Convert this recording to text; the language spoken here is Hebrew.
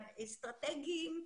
האסטרטגים,